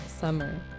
summer